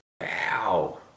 Wow